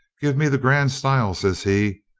give me the grand style, says he.